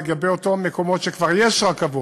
לגבי אותם מקומות שכבר יש בהם רכבות,